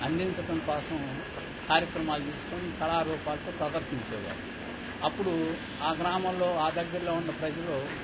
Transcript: అందించడం కోసం కార్యక్రమాలు తీసుకుని కళారూపాలతో ప్రదర్శించేవాళ్ళు అప్పుడు ఆ గ్రామంలో ఆ దగ్గరలో ఉన్న ప్రజలు